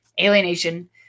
alienation